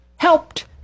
Helped